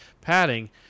padding